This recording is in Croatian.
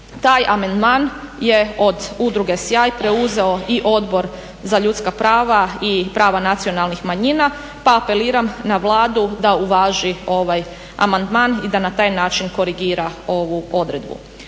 Taj amandman je od Udruge Sjaj preuzeo i Odbor za ljudska prava i prava nacionalnih manjina pa apeliram na Vladu da uvaži ovaj amandman i da na taj način korigira ovu odredbu.